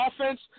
offense